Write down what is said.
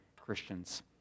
Christians